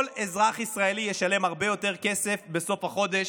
כל אזרח ישראלי ישלם הרבה יותר כסף בסוף החודש.